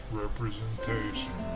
representation